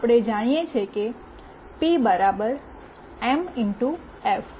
આપણે જાણીએ છીએ કે પી એમ એફ